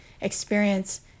experience